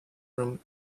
room